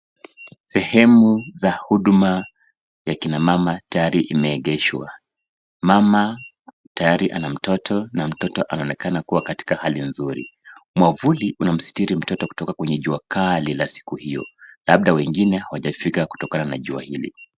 Sehemu za huduma ya kina mama tayari imeegeshwa. Mama tayari ana mtoto na mtoto anaonekana kuwa katika hali nzuri. Mwavuli umamsitiri mtoto kutoka kwenye jua kali la siku hio. Labda wengine hawajafika kutokana na jua hili.